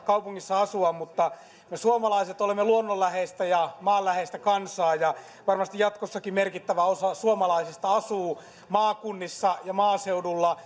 kaupungissa asua mutta me suomalaiset olemme luonnonläheistä ja maanläheistä kansaa ja varmasti jatkossakin merkittävä osa suomalaisista asuu maakunnissa ja maaseudulla